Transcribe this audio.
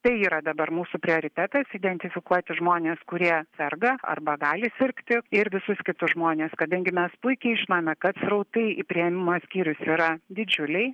tai yra dabar mūsų prioritetas identifikuoti žmones kurie serga arba gali sirgti ir visus kitus žmones kadangi mes puikiai žinome kad srautai į priėmimo skyrius yra didžiuliai